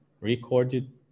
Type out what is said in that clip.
recorded